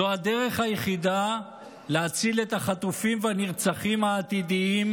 זו הדרך היחידה להציל את החטופים והנרצחים העתידיים